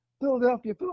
Philadelphia